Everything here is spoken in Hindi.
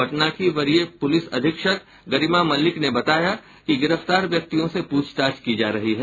पटना की वरीय पुलिस अधीक्षक गरिमा मल्लिक ने बताया कि गिरफ्तार व्यक्तियों से पूछताछ की जा रही है